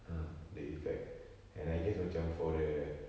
ah the effect and I just macam for the